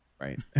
right